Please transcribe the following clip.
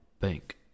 Bank